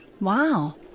Wow